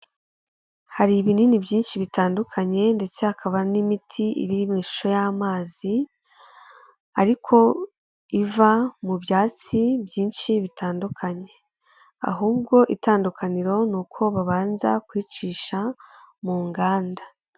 Hari ibinini byinshi bitandukanye ndetse hakaba n'imiti iri mu ishusho y'amazi ariko iva mu byatsi byinshi bitandukanye, ahubwo itandukaniro ni uko babanza kuyicisha mu nganda.